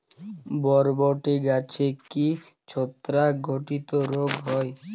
বরবটি গাছে কি ছত্রাক ঘটিত রোগ হয়?